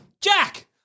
Jack